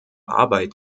arbeit